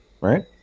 right